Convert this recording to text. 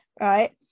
right